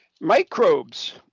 Microbes